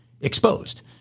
exposed